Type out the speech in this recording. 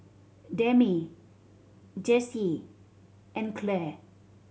Demi Jessye and Clare